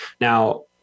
Now